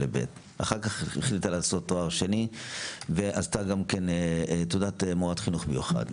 אחר כך החליטה לעשות תואר שני ועשתה גם תעודה של מורה לחינוך מיוחד.